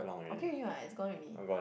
okay already what it's gone already